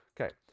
Okay